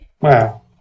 Wow